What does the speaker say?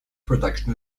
production